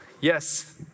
Yes